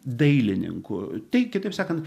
dailininku tai kitaip sakant